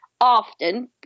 often